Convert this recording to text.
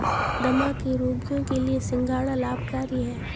दमा के रोगियों के लिए सिंघाड़ा लाभकारी है